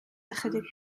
ychydig